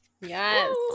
Yes